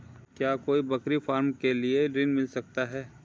क्या कोई बकरी फार्म के लिए ऋण मिल सकता है?